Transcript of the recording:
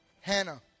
Hannah